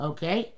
Okay